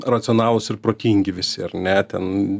racionalūs ir protingi visi ar ne ten